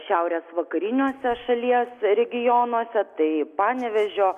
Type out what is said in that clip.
šiaurės vakariniuose šalies regionuose tai panevėžio